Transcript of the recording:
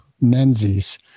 Menzies